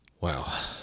Wow